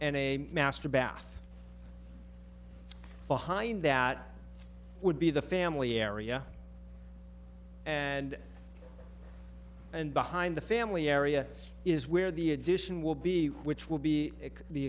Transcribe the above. and a master bath behind that would be the family area and and behind the family area is where the addition will be which will be the